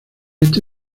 este